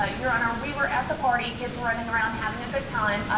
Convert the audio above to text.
ah your honor, we were at the party, kids were running around having a good time, ah,